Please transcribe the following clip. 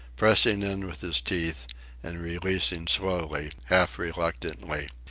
pressing in with his teeth and releasing slowly, half-reluctantly.